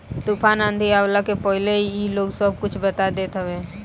तूफ़ान आंधी आवला के पहिले ही इ लोग सब कुछ बता देत हवे